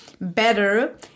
better